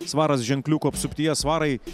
svaras ženkliukų apsuptyje svarai